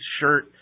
shirt